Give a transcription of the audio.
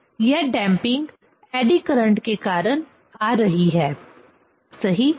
तो यह damping eddy current के कारण आ रही है सही